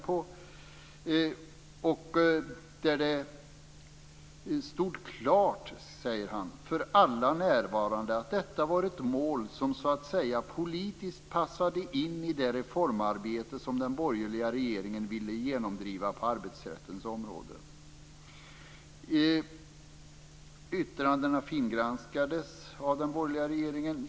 Han säger att vid det mötet "- stod det klart för alla närvarande att detta var ett mål som så att säga politiskt passade in i det reformarbete som den borgerliga regeringen ville genomdriva på arbetsrättens område. Yttrandet fingranskades i Justitiedepartementet av den borgerliga regeringen.